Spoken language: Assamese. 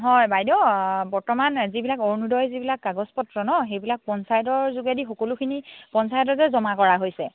হয় বাইদেউ বৰ্তমান যিবিলাক অৰুণোদয় যিবিলাক কাগজ পত্ৰ নহ্ সেইবিলাক পঞ্চায়তৰ যোগেদি সকলোখিনি পঞ্চায়ততে জমা কৰা হৈছে